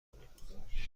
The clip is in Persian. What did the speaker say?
کنیم